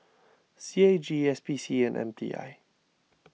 C A G S P C and M T I